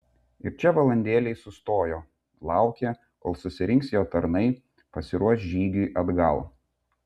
ir čia valandėlei sustojo laukė kol susirinks jo tarnai pasiruoš žygiui atgal